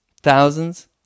Thousands